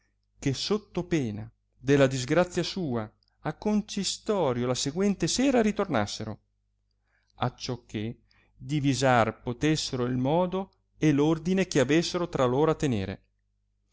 che sotto pena della disgrazia sua a concistorio la seguente sera ritornassero acciò che divisar potessero il modo e l'ordine che avessero tra loro a tenere